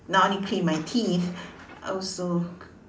not only clean my teeth also